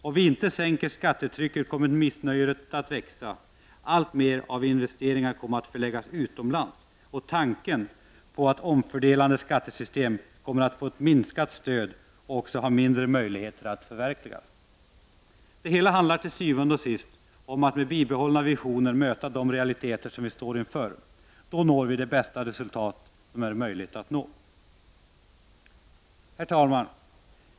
Om vi inte sänker skattetrycket kommer missnöjet att växa, alltmer av investeringar kommer att förläggas utomlands och tanken på ett omfördelande skattesystem kommer att få minskat stöd och också att ha mindre möjligheter att förverkligas. Det hela handlar til syvende og sidst om att med bibehållna visioner möta de realiteter som vi står inför. Då når vi det bästa resultat som är möjligt att nå. Herr talman!